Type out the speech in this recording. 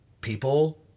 people